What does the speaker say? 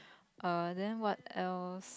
err then what else